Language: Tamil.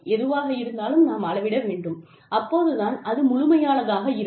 எதுவாக இருந்தாலும் நாம் அளவிட வேண்டும் அப்போது தான் அது முழுமையானதாக இருக்கும்